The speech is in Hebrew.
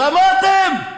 שמעתם?